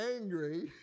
angry